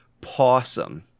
Possum